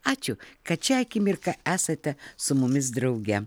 ačiū kad šią akimirką esate su mumis drauge